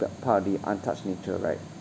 the part of the untouched nature right